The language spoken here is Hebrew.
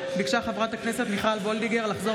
ביקשה חברת הכנסת מיכל וולדיגר לחזור